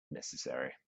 necessary